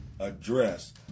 Address